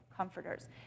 comforters